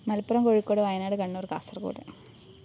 Malappuram Kozhikode Wayanad Kannur Kasaragod